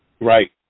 right